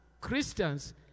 Christians